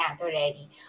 already